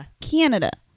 Canada